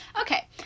Okay